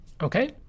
okay